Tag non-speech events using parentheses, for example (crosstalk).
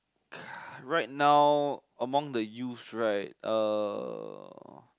(noise) right now among the youth right uh